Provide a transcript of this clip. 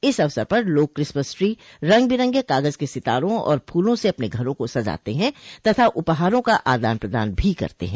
इस अवसर पर लोग क्रिसमस ट्री रंग बिरंगे कागज के सितारों और फूलों से अपने घरों को सजाते हैं तथा उपहारों का आदान प्रदान भी करते हैं